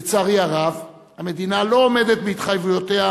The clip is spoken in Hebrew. לצערי הרב, המדינה לא עומדת בהתחייבויותיה,